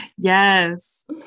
Yes